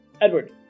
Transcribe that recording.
Edward